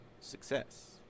success